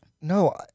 no